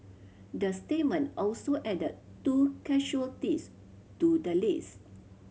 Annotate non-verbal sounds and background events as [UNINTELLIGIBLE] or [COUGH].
the statement also added two [UNINTELLIGIBLE] to the list